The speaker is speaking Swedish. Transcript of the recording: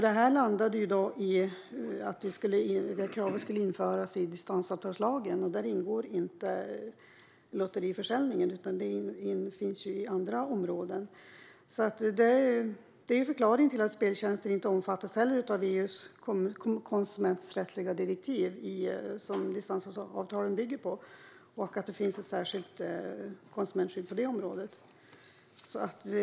Detta landade i att kravet skulle införas i distansavtalslagen, och där ingår inte lotteriförsäljningen - det finns i andra områden. Det är förklaringen till att speltjänster inte heller omfattas av EU:s konsumenträttsliga direktiv, som distansavtalen bygger på, och att det finns ett särskilt konsumentskydd på det området.